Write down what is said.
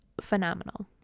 phenomenal